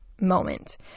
moment